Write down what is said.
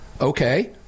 Okay